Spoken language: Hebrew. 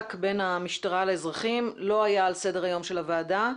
הממשק בין המשטרה לאזרחים לא היה על סדר היום של הוועדה,